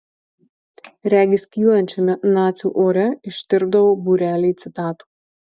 regis kylančiame nacių ore ištirpdavo būreliai citatų